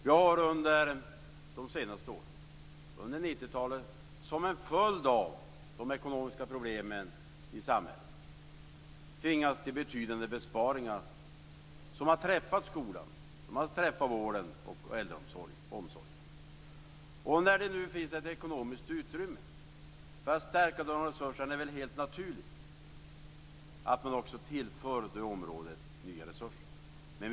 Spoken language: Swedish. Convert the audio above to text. Vi har under de senaste åren under 90-talet, som en följd av de ekonomiska problemen i samhället, tvingats till betydande besparingar som har drabbat skolan, vården och omsorgen. När det nu finns ett ekonomiskt utrymme för att stärka de resurserna är det helt naturligt att man också tillför det området nya resurser.